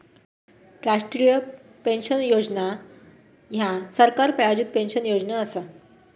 राष्ट्रीय पेन्शन योजना ह्या सरकार प्रायोजित पेन्शन योजना असा